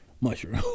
mushroom